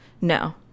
No